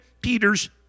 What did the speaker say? Peter's